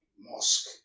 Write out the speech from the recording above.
mosque